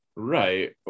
right